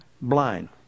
blind